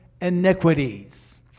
iniquities